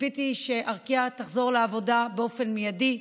ציפיתי שארקיע תחזור לעבודה באופן מיידי.